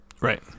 Right